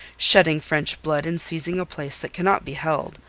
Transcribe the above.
shedding french blood in seizing a place that cannot be held,